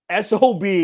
SOB